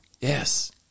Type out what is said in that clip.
Yes